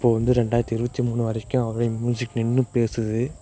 இப்போது வந்து ரெண்டாயிரத்தி இருபத்தி மூணு வரைக்கும் அவர் மியூசிக் நின்று பேசுது